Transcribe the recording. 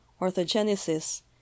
orthogenesis